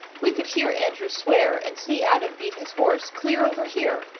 we could here andrew swear, and see adam beat his horse, clear over here!